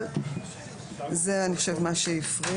אבל זה אני חושבת מה שהפריע.